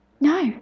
No